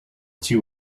two